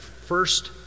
first